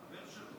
הוא חבר שלו.